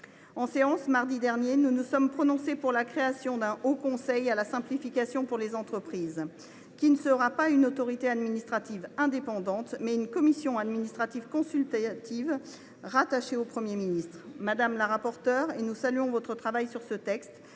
En séance, mardi dernier, nous nous sommes prononcés pour la création d’un haut conseil à la simplification pour les entreprises, qui sera non pas une autorité administrative indépendante, mais une commission administrative consultative rattachée au Premier ministre. Madame la rapporteure, nous saluons votre travail sur ce texte.